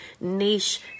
niche